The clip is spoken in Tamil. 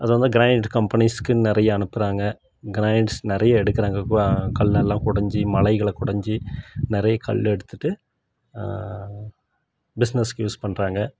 அது வந்து கிரானைட் கம்பெனிஸுக்கெனு நிறைய அனுப்புகிறாங்க கிரானைட்ஸ் நிறையா எடுக்கிறாங்க கல்லெல்லாம் குடஞ்சி மலைகளை குடஞ்சி நிறைய கல் எடுத்துகிட்டு பிஸ்னஸுக்கு யூஸ் பண்ணுறாங்க